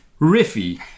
riffy